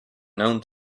known